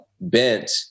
bent